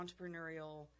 entrepreneurial